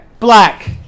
Black